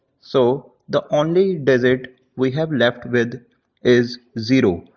so the only digit we have left with is zero,